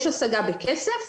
יש השגה בכסף,